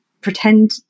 pretend